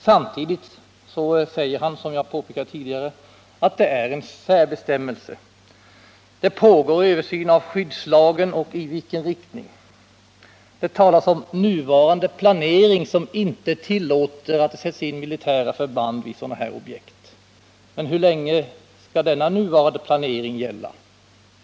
Samtidigt säger han dock, som jag påpekade tidigare, att det är en särbestämmelse, att det pågår en översyn av skyddslagen. Han talar om nuvarande planering, som inte tillåter att militära förband sätts in vid sådana objekt. Men hur länge skall denna nuvarande planering gälla?